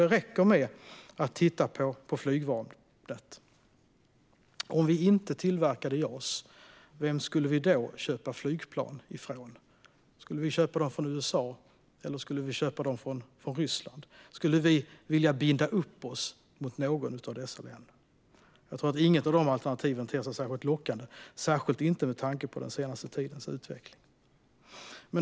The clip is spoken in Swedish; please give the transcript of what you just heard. Det räcker med att titta på flygvapnet. Om vi inte tillverkade JAS, var skulle vi då köpa flygplan från? Skulle vi köpa dem från USA eller från Ryssland? Skulle vi vilja binda upp oss till något av dessa länder? Jag tror att inget av de alternativen ter sig särskilt lockande, särskilt inte med tanke på den senaste tidens utveckling.